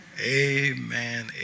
amen